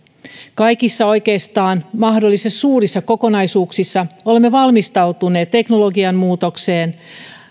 oikeastaan kaikissa mahdollisissa suurissa kokonaisuuksissa olemme valmistautuneet teknologian muutokseen